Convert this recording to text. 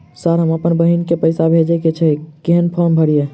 Sir हम अप्पन बहिन केँ पैसा भेजय केँ छै कहैन फार्म भरीय?